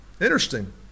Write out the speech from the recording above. interesting